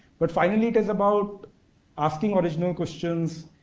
but finally, it is about asking original questions,